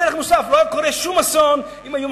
לא היה קורה שום אסון אם היו,